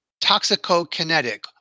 toxicokinetic